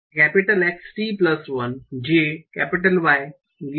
X t1 j Y